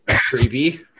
Creepy